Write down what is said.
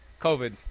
COVID